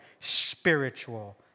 spiritual